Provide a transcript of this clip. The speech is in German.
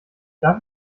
darf